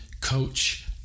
coach